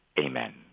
Amen